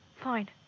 Fine